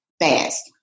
fast